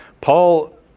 Paul